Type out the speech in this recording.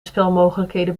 spelmogelijkheden